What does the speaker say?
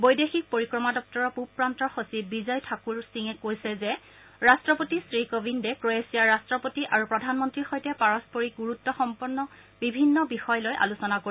বৈদেশিক পৰিক্ৰমা দপ্তৰৰ পূব প্ৰান্তৰ সচিব বিজয় ঠাকুৰ সিঙে কৈছে যে ৰট্টপতি শ্ৰীকোৱিন্দে ৰ্ক ৱেছিয়াৰ ৰাট্টপতি আৰু প্ৰধানমন্ত্ৰীৰ সৈতে পাৰস্পৰিক গুৰুত্ব সম্পন্ন বিভিন্ন বিষয় লৈ আলোচনা কৰিব